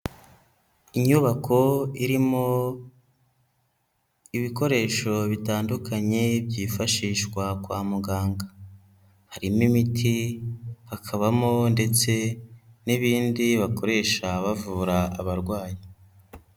Inyubako irimo ibikoresho bitandukanye byifashishwa kwa muganga, harimo imiti hakabamo ndetse n'ibindi bakoresha bavura abarwayi.